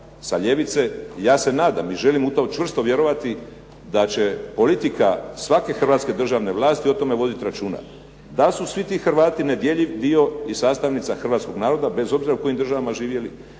sa ljevice. Ja se nadam i želim u to čvrsto vjerovati da će politika svake hrvatske državne vlasti o tome voditi računa da li su svi ti Hrvati nedjeljiv dio i sastavnica hrvatskog naroda bez obzira u kojim državama živjeli,